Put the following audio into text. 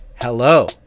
Hello